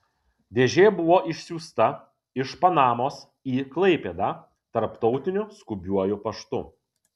dėžė buvo išsiųsta iš panamos į klaipėdą tarptautiniu skubiuoju paštu